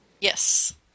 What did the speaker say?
Yes